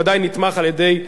הוא בוודאי נתמך על-ידי הממשלה.